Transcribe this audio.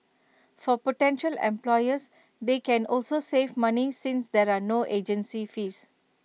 for potential employers they can also save money since there are no agency fees